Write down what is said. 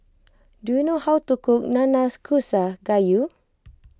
do you know how to cook Nanakusa Gayu